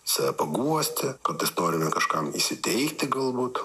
save paguosti kartais norime kažkam įsiteikti galbūt